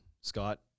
Scott